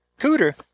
Cooter